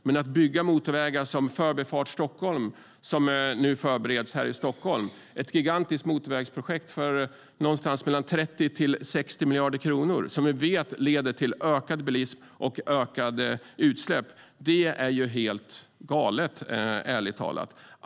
Men att bygga motorvägar som Förbifart Stockholm, som nu förbereds - ett gigantiskt motorvägsprojekt för någonstans mellan 30 och 60 miljarder kronor som vi vet leder till ökad bilism och ökade utsläpp - är ju helt galet, ärligt talat.